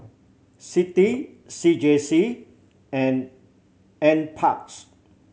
CITI C J C and N Parks